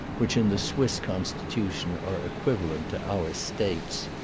which in the swiss constitution are equivalent to our states.